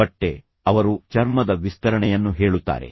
ಬಟ್ಟೆ ಅವರು ಚರ್ಮದ ವಿಸ್ತರಣೆಯನ್ನು ಹೇಳುತ್ತಾರೆ